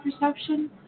perception